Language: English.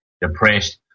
depressed